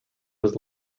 was